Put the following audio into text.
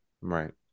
right